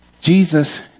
Jesus